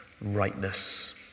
rightness